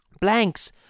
blanks